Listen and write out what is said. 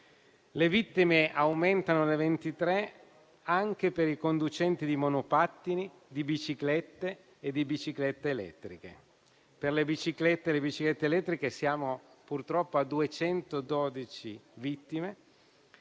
Le vittime aumentano nel 2023 anche per i conducenti di monopattini, di biciclette e di biciclette elettriche. Per le biciclette e le biciclette elettriche siamo purtroppo a 212 vittime,